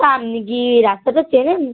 তা আপনি কি রাস্তাটা চেনেন